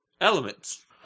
Elements